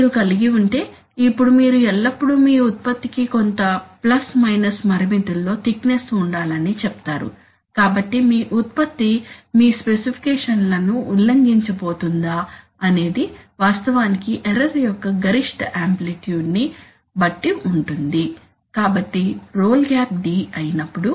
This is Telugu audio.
మీరు కలిగి ఉంటే ఇప్పుడు మీరు ఎల్లప్పుడూ మీ ఉత్పత్తికి కొంత ప్లస్ మైనస్ పరిమితుల్లో థిక్నెస్ ఉండాలని చెప్తారు కాబట్టి మీ ఉత్పత్తి మీ స్పెసిఫికేషన్లను ఉల్లంఘించబోతుందా అనేది వాస్తవానికి ఎర్రర్ యొక్క గరిష్ట యాంప్లిట్యూడ్ ని బట్టి ఉంటుంది కాబట్టి రోల్ గ్యాప్ d అయినప్పుడు